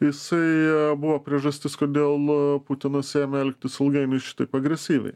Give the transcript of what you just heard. jisai buvo priežastis kodėl putinas ėmė elgtis ilgainiui šitaip agresyviai